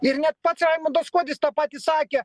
ir net pats raimundas kuodis tą patį sakė